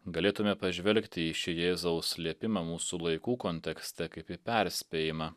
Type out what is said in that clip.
galėtume pažvelgti į šį jėzaus slėpimą mūsų laikų kontekste kaip į perspėjimą